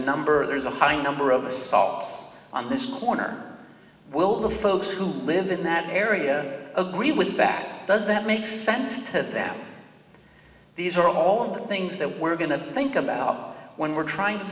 number there's a high number of the saw on this corner will the folks who live in that area agree with back does that make sense to them these are all of the things that we're going to think about when we're trying to